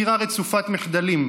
חקירה רצופת מחדלים,